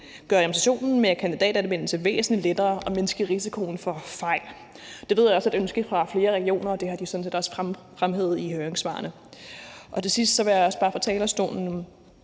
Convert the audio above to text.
gøre administrationen ved kandidatanmeldelse væsentlig lettere og mindske risikoen for fejl. Det ved jeg også er et ønske fra flere regioner, og det har de jo sådan set også fremhævet i høringssvarene. Til sidst vil jeg også bare fra